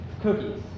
cookies